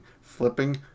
Flipping